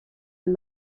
and